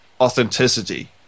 authenticity